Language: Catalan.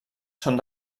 són